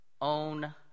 own